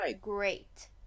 great